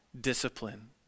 discipline